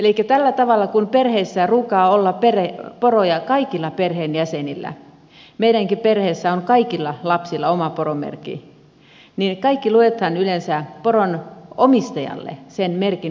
elikkä tällä tavalla kun perheessä ruukaa olla poroja kaikilla perheenjäsenillä meidänkin perheessä on kaikilla lapsilla oma poromerkki niin ne kaikki luetaan yleensä poronomistajalle sen merkin mukaisesti